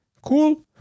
Cool